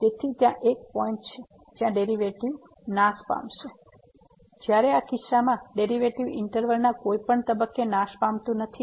તેથી ત્યાં એક પોઈન્ટ છે જ્યાં ડેરીવેટીવ નાશ પામે છે જ્યારે આ કિસ્સામાં ડેરીવેટીવ ઈંટરવલના કોઈપણ તબક્કે નાશ પામતું નથી